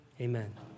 Amen